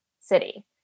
city